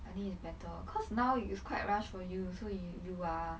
I need a better cause now it's quite rush for you so you are